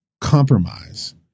compromise